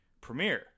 premiere